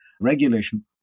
regulation